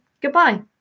goodbye